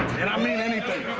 and i mean anything.